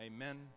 Amen